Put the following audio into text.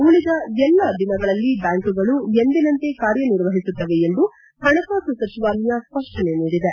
ಉಳಿದ ಎಲ್ಲಾ ದಿನಗಳಲ್ಲಿ ಬ್ಲಾಂಕ್ಗಳು ಎಂದಿನಂತೆ ಕಾರ್ಯ ನಿರ್ವಹಿಸುತ್ತವೆ ಎಂದು ಪಣಕಾಸು ಸಚಿವಾಲಯ ಸ್ವಷ್ಷನೆ ನೀಡಿದೆ